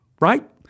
right